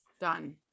done